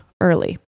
early